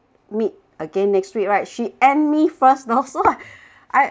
>meet again next week right she end me first that's why I